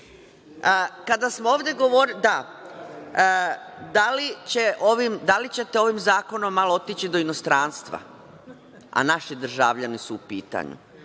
se. Da li ćete ovim zakonom malo otići do inostranstva? Naši državljani su u pitanju.